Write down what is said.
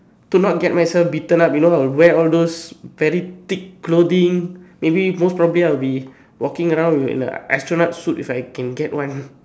to not get myself beaten up you know I'll wear all those very big clothing maybe most probably I will be walking around with in a astronaut suit if I can get one